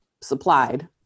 supplied